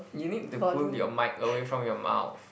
you need to pull your mic away from your mouth